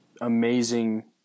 amazing